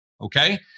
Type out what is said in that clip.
okay